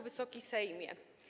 Wysoki Sejmie!